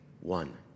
One